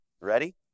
Ready